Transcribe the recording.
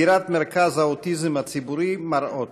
סגירת מרכז האוטיזם הציבורי "מראות".